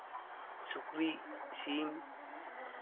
ᱥᱩᱠᱨᱤ ᱥᱤᱢ